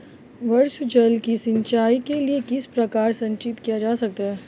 वर्षा जल को सिंचाई के लिए किस प्रकार संचित किया जा सकता है?